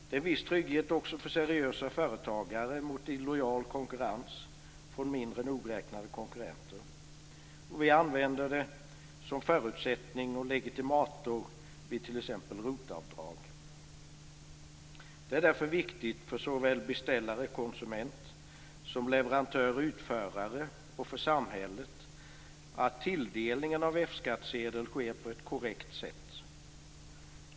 Det är en viss trygghet också för seriösa företagare gentemot illojal konkurrens från mindre nogräknade konkurrenter. Vi använder det som förutsättning och legitimator vid t.ex. ROT-avdrag. Det är därför viktigt för såväl beställare utförare - och för samhället - att tilldelningen av F-skattsedel sker på ett korrekt sätt.